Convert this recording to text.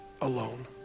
alone